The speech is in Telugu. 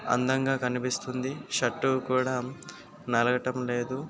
అందంగా కనిపిస్తుంది షర్ట్ కూడా నలగడం లేదు